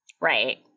Right